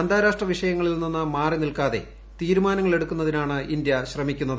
അന്താരാഷ്ട്ര വിഷയങ്ങളിൽ നിന്ന് മാറി നില്ക്കാതെ തീരുമാനങ്ങൾ എടുക്കുന്നതിനാണ് ഇന്ത്യ ശ്രമിക്കുന്നത്